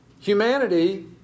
Humanity